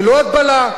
ללא הגבלה.